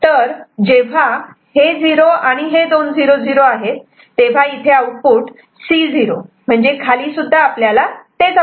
तर जेव्हा हे 0 आणि हे दोन 0 0 आहेत तेव्हा इथे आउटपुट C 0 म्हणजेच खाली सुद्धा आपल्याला तेच आउटपुट मिळते